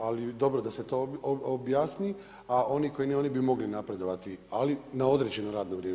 Ali dobro da se to objasni, a oni koji ne, oni bi mogli napredovati, ali na određeno radno vrijeme.